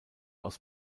aus